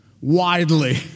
widely